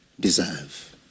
deserve